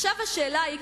"עכשיו השאלה היא,